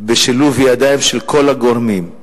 בשילוב ידיים של כל הגורמים.